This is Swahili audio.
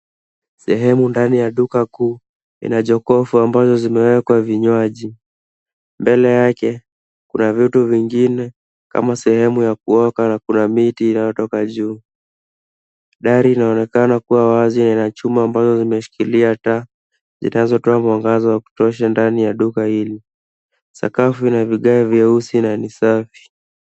Sehemu ndani ya dka kuu ina jokofu ambayo zimewekwa vinywaji. Mbele yake kuna vitu vingine kama sehemu ya kuoka na kuna miti inayotka juu. Dari inaonekana kuwa wazi na ina chuma ambazo zimeshikia taa zinazotoa mwangaza wa kutosha ndani ya duka hili. Sakafu ina vigae vyeusi na ni safi.